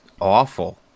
awful